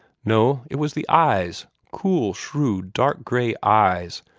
no it was the eyes, cool, shrewd, dark-gray eyes,